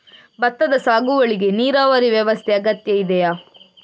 ಭತ್ತದ ಸಾಗುವಳಿಗೆ ನೀರಾವರಿ ವ್ಯವಸ್ಥೆ ಅಗತ್ಯ ಇದೆಯಾ?